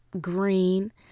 green